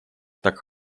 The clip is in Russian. так